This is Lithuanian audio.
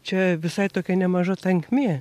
čia visai tokia nemaža tankmė